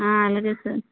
అలాగే సార్